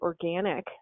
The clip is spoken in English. organic